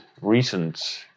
recent